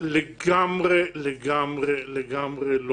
לגמרי לגמרי לא